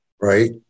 right